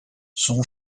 son